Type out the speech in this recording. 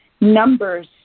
Numbers